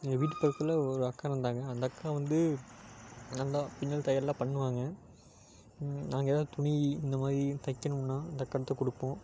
எங்கள் வீட்டு பக்கத்தில் ஒரு அக்கா இருந்தாங்க அந்த அக்கா வந்து நல்லா பின்னல் தையல்லாம் பண்ணுவாங்க நாங்கள் எதாது துணி இந்தமாதிரி தைக்கணும்னா அந்த அக்காகிட்ட தான் கொடுப்போம்